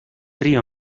río